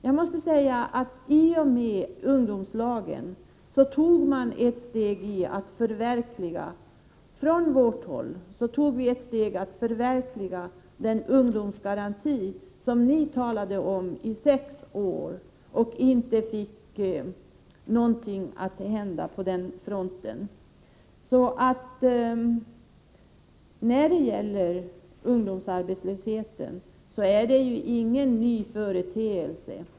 Jag måste säga: I och med ungdomslagen tog vi från vårt håll ett steg mot att förverkliga den ungdomsgaranti som ni talade om under sex år men där ni inte fick någonting att hända. Ungdomsarbetslöshet är ingen ny företeelse.